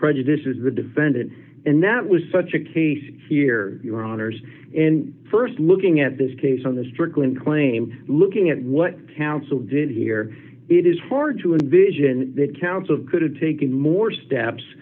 prejudices the defendant and that was such a case here your honour's in st looking at this case on the strickland claim looking at what counsel did here it is hard to envision that counsel could have taken more steps